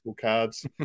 cards